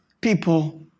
people